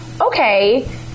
okay